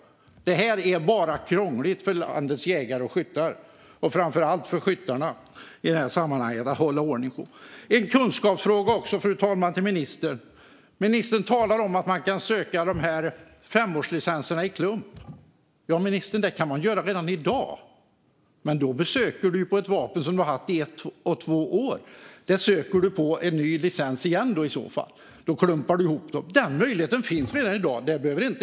Det här är bara krångligt för landets jägare och skyttar att hålla ordning på, framför allt för skyttarna. Fru talman! Jag vill också ta upp en kunskapsfråga med ministern. Ministern talar om att man kan söka de här femårslicenserna i klump. Ja, ministern, det kan man göra redan i dag. Då söker man förnyad licens för ett vapen som man haft i ett eller två år och klumpar ihop det. Den möjligheten finns redan i dag, ministern.